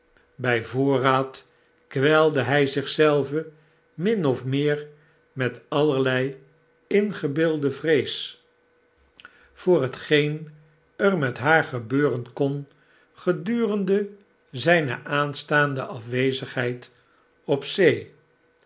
bg voorraad kwelde hij zich zelven min of meer met allerlei ingebeelde vrees voor hetgeen er met haar gebeuren kon gedurende zgne aanstaande afwezigheid op zee